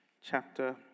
chapter